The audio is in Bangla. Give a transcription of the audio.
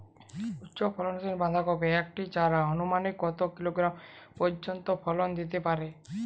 উচ্চ ফলনশীল বাঁধাকপির একটি চারা আনুমানিক কত কিলোগ্রাম পর্যন্ত ফলন দিতে পারে?